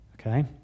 Okay